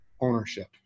ownership